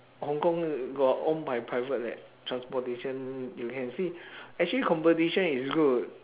hong kong got own by private like transportation you can see actually competition is good